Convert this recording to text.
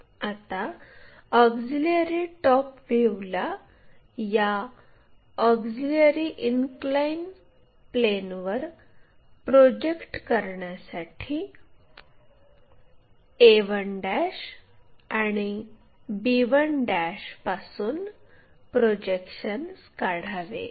आता auxiliary top व्ह्यूला या ऑक्झिलिअरी इनक्लाइन प्लेनवर प्रोजेक्ट करण्यासाठी a1 आणि b1 पासून प्रोजेक्शन्स काढावे